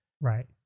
Right